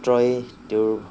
ত্ৰই তেওঁৰ